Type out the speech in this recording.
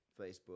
Facebook